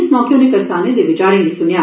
इस मौके उनें करसानें दे विचारें गी सुनेआ